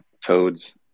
toads